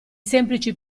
semplici